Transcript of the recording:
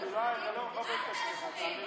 אל תשווה.